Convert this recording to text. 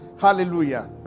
Hallelujah